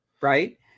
right